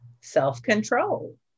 self-control